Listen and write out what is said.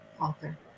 Author